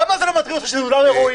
למה זה לא מטריד אותך כשזה אולם אירועים?